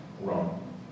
Wrong